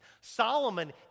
Solomon